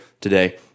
today